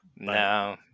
No